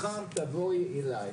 מחר תבואי אליי